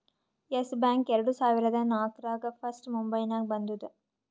S Bank ಎರಡು ಸಾವಿರದಾ ನಾಕ್ರಾಗ್ ಫಸ್ಟ್ ಮುಂಬೈನಾಗ ಬಂದೂದ